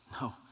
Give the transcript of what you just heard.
No